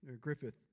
Griffith